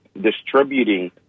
distributing